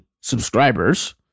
subscribers